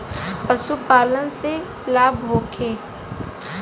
पशु पालन से लाभ होखे?